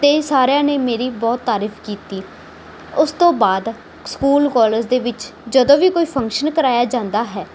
ਕਈ ਸਾਰਿਆਂ ਨੇ ਮੇਰੀ ਬਹੁਤ ਤਾਰੀਫ ਕੀਤੀ ਉਸ ਤੋਂ ਬਾਅਦ ਸਕੂਲ ਕੋਲੇਜ ਦੇ ਵਿੱਚ ਜਦੋਂ ਵੀ ਕੋਈ ਫੰਕਸ਼ਨ ਕਰਵਾਇਆ ਜਾਂਦਾ ਹੈ